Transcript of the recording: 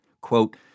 quote